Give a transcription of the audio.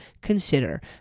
consider